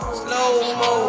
slow-mo